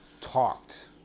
talked